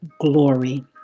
glory